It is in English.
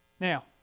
Now